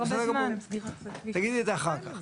זה בסדר גמור, תגידי את זה אחר כך.